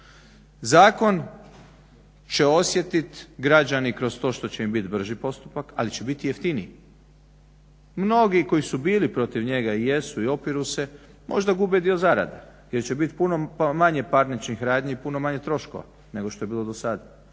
Zakon će osjetit građani kroz to što će im bit brži postupak, ali će bit i jeftiniji. Mnogi koji su bili protiv njega i jesu i opiru se možda gube dio zarade gdje će bit puno manje parničnih radnji, puno manje troškova nego što je bilo do sad.